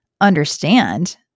understand